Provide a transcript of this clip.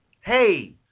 hey